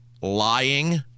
lying